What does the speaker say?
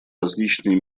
различные